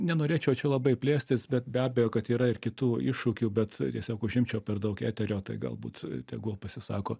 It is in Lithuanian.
nenorėčiau čia labai plėstis bet be abejo kad yra ir kitų iššūkių bet tiesiog užimčiau per daug eterio tai galbūt tegul pasisako